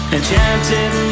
Enchanted